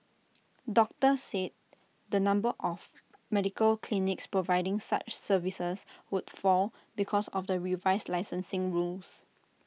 doctors said the number of medical clinics providing such services would fall because of the revised licensing rules